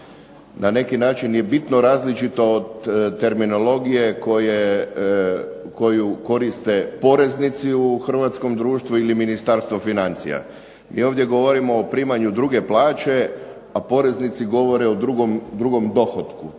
na neki način je bitno različita od terminologije koju koriste poreznici u hrvatskom društvu ili Ministarstvo financija. Mi ovdje govorimo o primanju druge plaće, a poreznici govore o drugom dohotku.